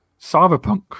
cyberpunk